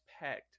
packed